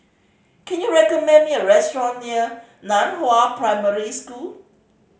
can you recommend me a restaurant near Nan Hua Primary School